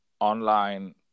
online